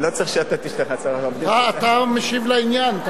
אני לא צריך, אתה משיב לעניין.